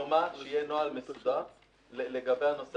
כלומר שיהיה נוהל מסודר לגבי הנושא